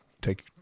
Take